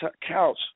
couch